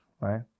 right